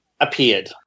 appeared